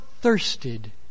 thirsted